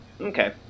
Okay